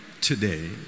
today